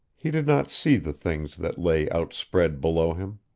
he did not see the things that lay outspread below him.